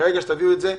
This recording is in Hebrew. ברגע שתביאו את זה,